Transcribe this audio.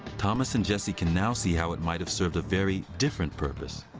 thomas and jesse can now see how it might have served very different purpose.